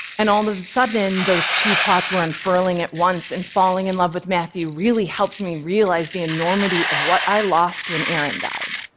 and all of a sudden, those two plots were unfurling at once, and falling in love with matthew really helped me realize the enormity of what i lost when aaron died.